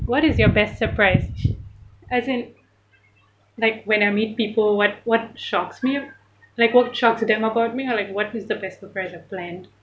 what is your best surprise as in like when I meet people what what shocks me like what shocks them about me like what was is the best surprise I've planned